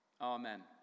Amen